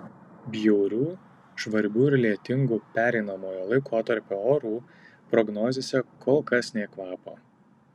bjaurių žvarbių ir lietingų pereinamojo laikotarpio orų prognozėse kol kas nė kvapo